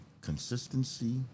consistency